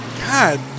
God